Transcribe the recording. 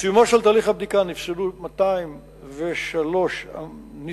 בסיומו של תהליך הבדיקה נפסלו 203 עמותות